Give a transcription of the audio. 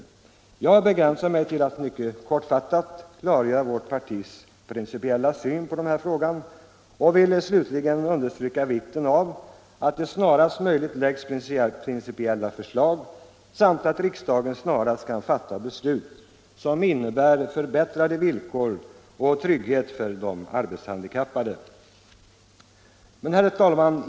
Jag har här begränsat mig till att mycket kortfattat klargöra vårt partis principiella syn på denna fråga och vill bara understryka vikten av att det så snart som möjligt läggs fram principiella förslag samt att riksdagen snarast kan fatta beslut som innebär förbättrade villkor och trygghet för de arbetshandikappade. Herr talman!